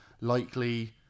Likely